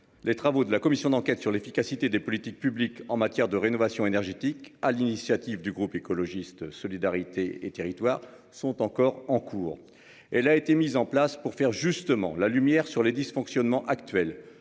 Les travaux de la commission d'enquête sur l'efficacité des politiques publiques en matière de rénovation énergétique à l'initiative du groupe écologiste solidarité et territoires sont encore en cours. Elle a été mise en place pour faire justement la lumière sur les dysfonctionnements actuels